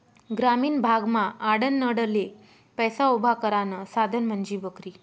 ग्रामीण भागमा आडनडले पैसा उभा करानं साधन म्हंजी बकरी